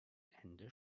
ende